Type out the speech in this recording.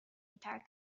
entire